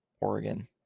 Oregon